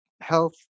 health